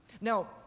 Now